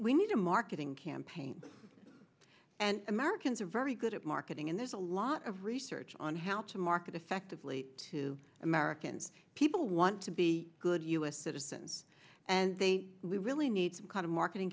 we need a marketing campaign and americans are very good at marketing and there's a lot of research on how to market effectively to americans people want to be good u s citizens and they really need some kind of marketing